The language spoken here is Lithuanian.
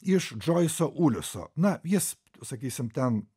iš džoiso uliuso na jis sakysim ten